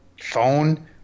phone